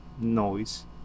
noise